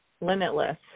limitless